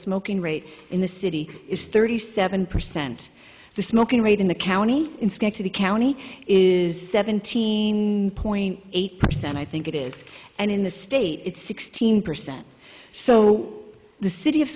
smoking rate in the city is thirty seven percent the smoking rate in the county in schenectady county is seventeen point eight percent i think it is and in the state it's sixteen percent so the city of